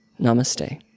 Namaste